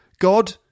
God